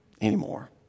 anymore